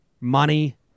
Money